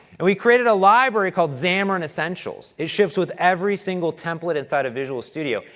and we created a library called xamarin essentials. it ships with every single template inside of visual studio.